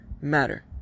matter